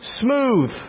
smooth